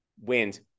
wind